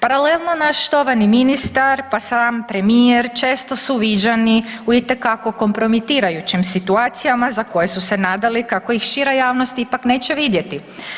Paralelno naš štovani ministar, pa sam premijer, često su viđani u itekako kompromitirajućim situacijama za koje su se nadali kako ih šira javnost ipak neće vidjeti.